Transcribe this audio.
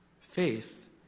faith